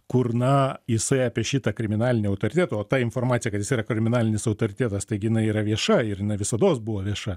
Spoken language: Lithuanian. kur na jisai apie šitą kriminalinį autoritetą o ta informacija kad jis yra kriminalinis autoritetas taigi jinai yra vieša ir jinai visados buvo vieša